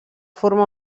forma